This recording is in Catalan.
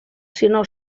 sinó